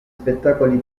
spettacoli